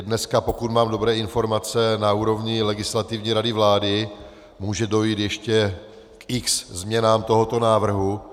Dneska je, pokud mám dobré informace, na úrovni Legislativní rady vlády, může dojít ještě k x změnám tohoto návrhu.